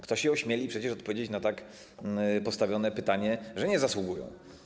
Kto się ośmieli przecież odpowiedzieć na tak postawione pytanie, że nie zasługują?